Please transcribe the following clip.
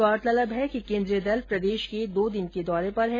गौरतलब है कि केन्द्रीय दल प्रदेश के दो दिन के दौरे पर है